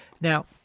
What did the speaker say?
Now